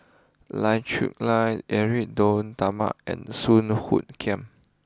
Lai Talma and Soon Hoot Kiam